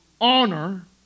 Honor